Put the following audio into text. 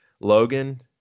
Logan